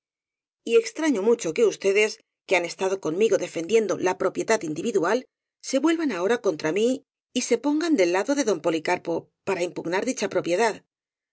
talentos y extraño mucho que ustedes que han estado conmigo de fendiendo la propiedad individual se vuelvan aho ra contra mí y se pongan del lado de don policarpo para impugnar dicha propiedad